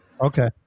Okay